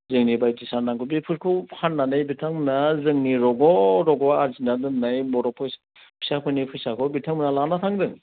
जोंनि बायदि साननांगौ बेफोरखौ फाननानै बिथांमोना जोंनि रग' रग' आर्जिना दोननाय बर' फिसाफोनि फैसाखौ बिथांमोना लाना थांगोन